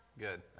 Good